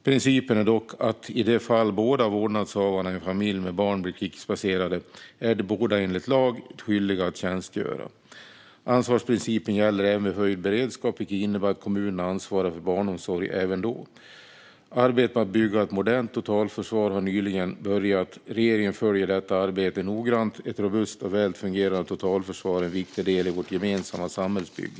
Principen är dock att i de fall båda vårdnadshavarna i en familj med barn blir krigsplacerade är de båda enligt lag skyldiga att tjänstgöra. Ansvarsprincipen gäller även vid höjd beredskap, vilket innebär att kommunerna ansvarar för barnomsorg även då. Arbetet med att bygga ett modernt totalförsvar har nyligen börjat. Regeringen följer detta arbete noggrant. Ett robust och väl fungerande totalförsvar är en viktig del i vårt gemensamma samhällsbygge.